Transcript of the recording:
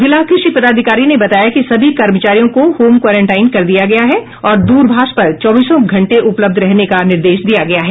जिला कृषि पदाधिकारी ने बताया कि सभी कर्मचारियों को होम क्वॉरेंटाइन कर दिया गया है और दूरभाष पर चौबीसों घंटे उपलब्ध रहने का निर्देश दिया गया है